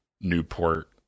Newport